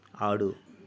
ఆడు